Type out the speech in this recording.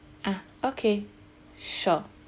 ah okay sure